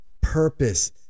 purpose